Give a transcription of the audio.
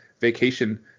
vacation